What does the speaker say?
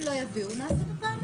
אם לא יביאו, נעשה פעמיים.